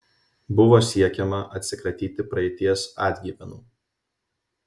buvo siekiama atsikratyti praeities atgyvenų